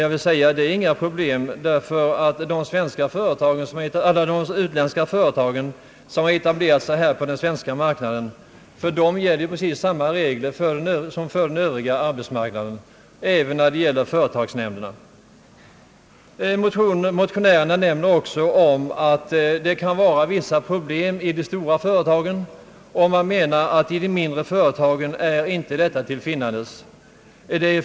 Jag vill säga att det inte är något problem — för alla dessa utländska företag gäller precis samma regler som för den övriga arbetsmarknaden, även vad beträffar företagsnämnderna. Motionärerna framhåller också att det kan finnas vissa problem i de stora företagen; man anser att dessa problem inte förekommer i mindre företag.